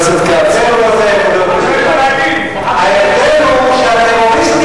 חבר הכנסת מולה, תגיד שם של טרוריסט